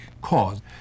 cause